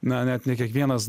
na net ne kiekvienas